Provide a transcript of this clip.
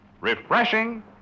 Refreshing